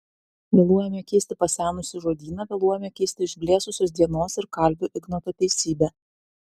vėluojame keisti pasenusį žodyną vėluojame keisti išblėsusios dienos ir kalvio ignoto teisybę